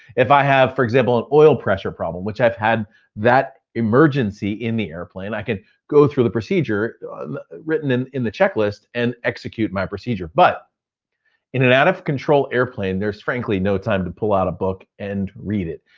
if i have, for example, an oil pressure problem, which i've had that emergency in the airplane, i could go through the procedure written in in the checklist and execute my procedure. but in an out-of-control airplane, there's frankly no time to pull out a book and read it.